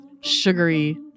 sugary